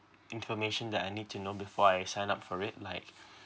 information that I need to know before I sign up for it like